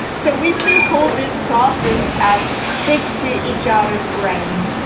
so we still call this process as trip to each other's brain.